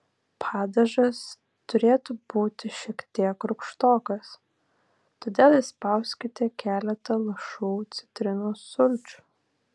padažas turėtų būti šiek tiek rūgštokas todėl įspauskite keletą lašų citrinos sulčių